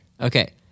Okay